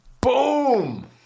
Boom